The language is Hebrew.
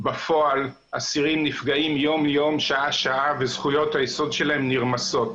בפועל אסירים נפגעים יום יום שעה שעה וזכויות היסוד שלהם נרמסות.